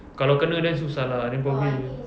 kalau kena then susah lah then probably